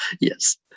Yes